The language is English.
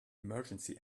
emergency